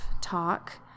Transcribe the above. talk